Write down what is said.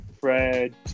Fred